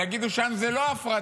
יגידו: שם זה לא בהפרדה,